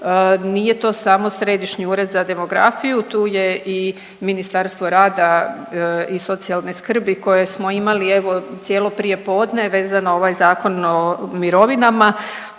nije to samo Središnji ured za demografiju, tu je i Ministarstvo rada i socijalne skrbi koje smo imali evo cijelo prijepodne vezano na ovaj Zakon o mirovinama